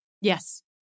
Yes